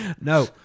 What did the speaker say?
No